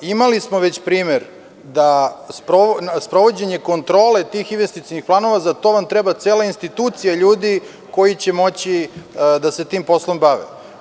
Imali smo već primer jer za sprovođenje kontrole tih investicionih planova vam treba cela institucija ljudi koji će moći da se tim poslom bave.